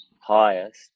highest